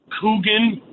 Coogan